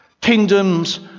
kingdoms